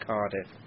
Cardiff